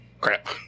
crap